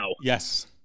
Yes